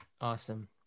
Awesome